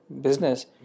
business